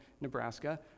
Nebraska